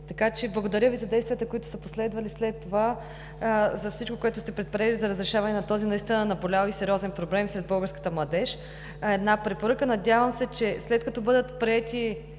12,00 ч. Благодаря Ви за действията, които са последвали след това, за всичко, което сте предприели за разрешаване на този наистина наболял и сериозен проблем сред българската младеж. Една препоръка – надявам се, че след като бъдат приети